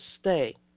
stay